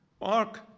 mark